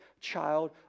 child